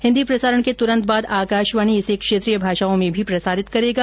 हिंदी प्रसारण के तुरंत बाद आकाशवाणी इसे क्षेत्रीय भाषाओं में भी प्रसारित करेगा